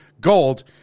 gold